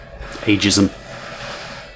Ageism